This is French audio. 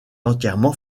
entièrement